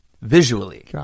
visually